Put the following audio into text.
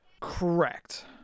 correct